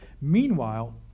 Meanwhile